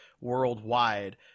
worldwide